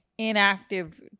inactive